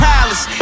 Palace